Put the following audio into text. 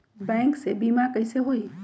Bank से बिमा कईसे होई?